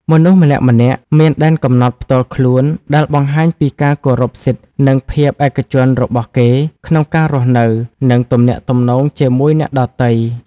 មនុស្សម្នាក់ៗមានដែនកំណត់ផ្ទាល់ខ្លួន ដែលបង្ហាញពីការគោរពសិទ្ធិ និងភាពឯកជនរបស់គេ ក្នុងការរស់នៅ និងទំនាក់ទំនងជាមួយអ្នកដទៃ។